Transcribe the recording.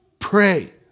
Pray